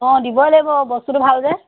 অঁ দিবই লাগিব বস্তুটো ভাল যে